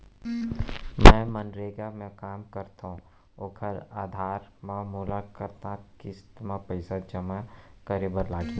मैं मनरेगा म काम करथो, ओखर आधार म मोला कतना किस्ती म पइसा जेमा करे बर लागही?